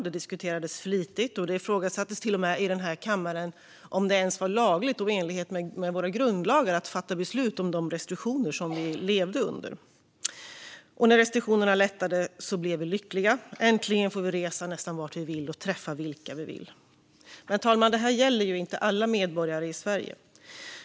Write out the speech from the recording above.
Det diskuterades flitigt och ifrågasattes till och med i den här kammaren om det ens var lagligt och i enlighet med våra grundlagar att fatta beslut om de restriktioner som vi levde under. Och när restriktionerna lättade blev vi lyckliga: Äntligen får vi resa nästan vart vi vill och träffa vilka vi vill! Herr talman! Detta gäller inte alla medborgare i Sverige.